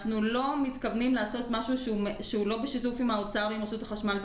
אנחנו לא מתכוונים לעשות משהו שהוא לא בשיתוף עם האוצר ורשות החשמל,